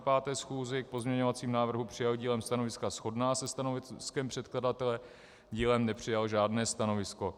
K pozměňovacím návrhům přijal dílem stanoviska shodná se stanoviskem předkladatele, dílem nepřijal žádné stanovisko.